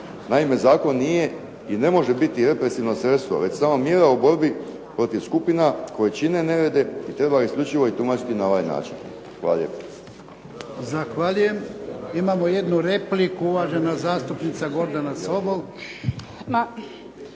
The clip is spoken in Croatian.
Naime, zakon nije i ne može biti represivno sredstvo već samo mjera u borbi protiv skupina koje čine nerede i treba isključivo ih tumačiti na ovaj način. Hvala lijepa. **Jarnjak, Ivan (HDZ)** Zahvaljujem, imamo jednu repliku, uvažena zastupnica Gordana Sobol.